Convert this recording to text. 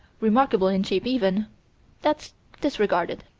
remarkable in shape even that's disregarded.